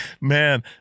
Man